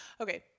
Okay